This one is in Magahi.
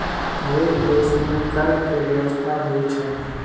हरेक देश में कर के व्यवस्था होइ छइ